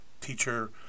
teacher